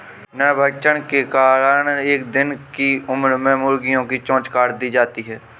नरभक्षण के कारण एक दिन की उम्र में मुर्गियां की चोंच काट दी जाती हैं